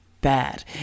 bad